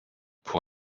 pour